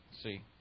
see